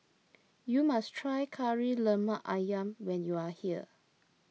you must try Kari Lemak Ayam when you are here